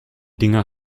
dinger